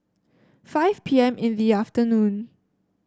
five P M in the afternoon